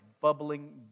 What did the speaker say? bubbling